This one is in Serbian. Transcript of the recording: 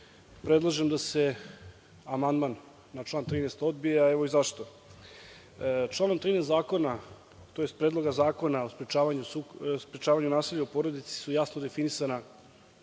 predlažem da se amandman na član 13. odbije, a evo i zašto. Članom 13. Predloga zakona o sprečavanju nasilja u porodici su jasno definisane